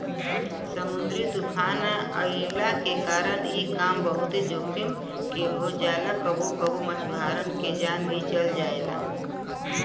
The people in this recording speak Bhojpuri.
समुंदरी तूफ़ान अइला के कारण इ काम बहुते जोखिम के हो जाला कबो कबो मछुआरन के जान भी चल जाला